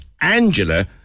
Angela